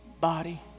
body